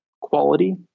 quality